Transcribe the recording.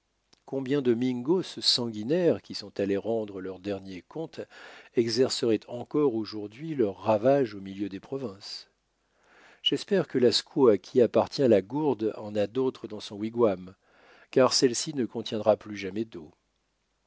combien de mingos sanguinaires qui sont allés rendre leur dernier compte exerceraient encore aujourd'hui leurs ravages au milieu des provinces j'espère que la squaw à qui appartient la gourde en a d'autres dans son wigwam car celle-ci ne contiendra plus jamais d'eau